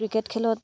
cricket খেলত